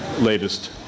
latest